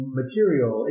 material